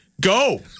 go